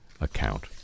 account